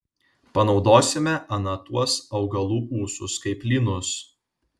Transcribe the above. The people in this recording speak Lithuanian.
panaudosime ana tuos augalų ūsus kaip lynus